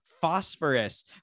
phosphorus